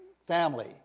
family